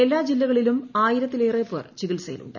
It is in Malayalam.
എല്ലാ ജില്ലകളിലും ആയിരത്തിലേറെ പേർ ചികിത്സയിലുണ്ട്